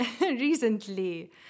recently